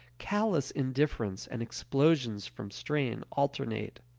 callous indifference and explosions from strain alternate.